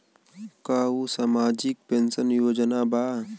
का उ सामाजिक पेंशन योजना बा?